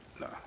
no